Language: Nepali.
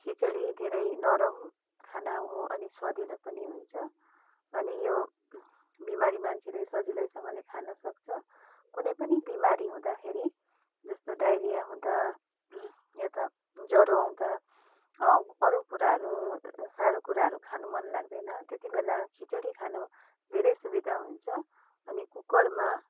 खिचडी धेरै नरम खाना हो अनि स्वादिलो पनि हुन्छ अनि यो बिमारी मान्छेले सजिलैसँगले खाना सक्छ कुनै पनि बिमारी हुँदाखेरि जस्तो डायरिया हुँदा या त ज्वरो आउँदा अरू कुराहरू साह्रो कुराहरू खान मन लाग्दैन त्यति बेला खिचडी खानु धेरै सुविधा हुन्छ अनि कुकरमा